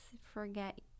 Forget